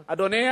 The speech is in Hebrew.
אדוני,